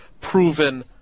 proven